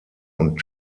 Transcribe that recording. und